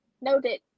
Noted